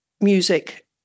music